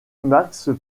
max